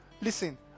Listen